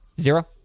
Zero